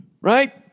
Right